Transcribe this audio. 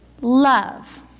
love